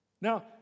Now